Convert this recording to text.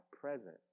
present